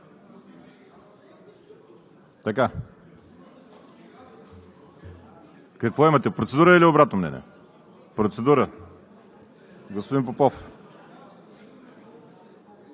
Какво имате – процедура или обратно мнение? Процедура – господин Попов.